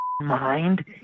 mind